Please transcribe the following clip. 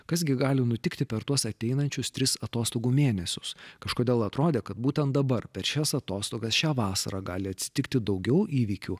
kas gi gali nutikti per tuos ateinančius tris atostogų mėnesius kažkodėl atrodė kad būtent dabar per šias atostogas šią vasarą gali atsitikti daugiau įvykių